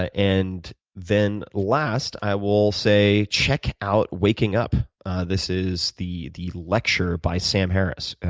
ah and then last, i will say check out waking-up. this is the the lecture by sam harris,